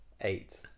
Eight